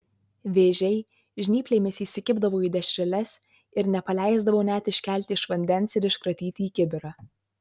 vėžiai žnyplėmis įsikibdavo į dešreles ir nepaleisdavo net iškelti iš vandens ir iškratyti į kibirą